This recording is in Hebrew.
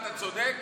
אתה צודק,